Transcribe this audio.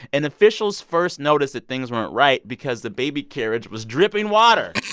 and officials first noticed that things weren't right because the baby carriage was dripping water